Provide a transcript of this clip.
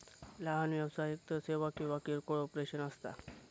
लहान व्यवसाय एकतर सेवा किंवा किरकोळ ऑपरेशन्स असता